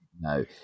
no